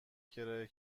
کرایه